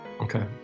Okay